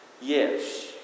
yes